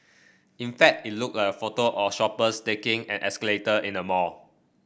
in fact it looked a photo or shoppers taking an escalator in a mall